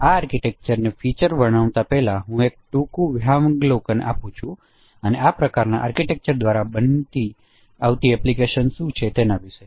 આ આર્કિટેક્ચરની ફીચર વર્ણવતા પહેલાં હું એક ટૂંકું વિહંગાવલોકન આપું છું આ પ્રકારની આર્કિટેક્ચર દ્વારા બનતી આવતી એપ્લિકેશનો શું છે તેના વિષે